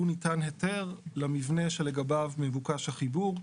ניתן היתר למבנה שלגביו מבוקש החיבור.